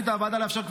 החליטה הוועדה לאפשר,